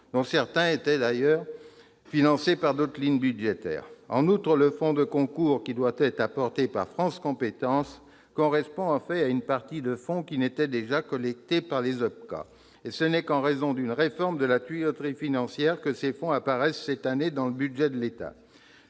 dont certains étaient d'ailleurs financés par d'autres lignes budgétaires l'année dernière. En outre, le fonds de concours qui doit être apporté par France compétences correspond en fait à une partie des fonds qui étaient déjà collectés par les organismes paritaires collecteurs agréés, les OPCA. Ce n'est qu'en raison d'une réforme de la tuyauterie financière que ces fonds apparaissent cette année dans le budget de l'État.